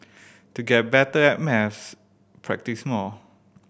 to get better at maths practise more